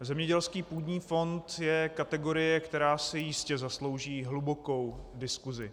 Zemědělský půdní fond je kategorie, která si jistě zaslouží hlubokou diskusi.